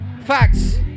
Facts